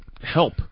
help